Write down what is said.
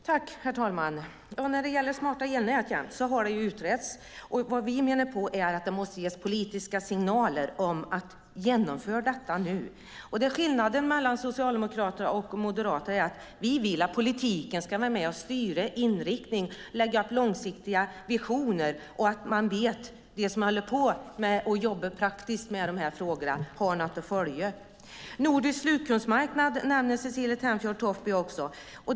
Herr talman! Smarta elnät har utretts. Vi menar att det måste ges politiska signaler om att man ska genomföra detta nu. Skillnaden mellan Socialdemokraterna och Moderaterna är att vi vill att politiken ska vara med och styra inriktningen och lägga upp långsiktiga visioner. De som håller på att jobba praktiskt med frågorna ska veta att de har något att följa. Cecilie Tenfjord-Toftby nämnde den nordiska slutkundsmarknaden.